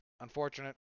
Unfortunate